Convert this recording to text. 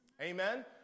Amen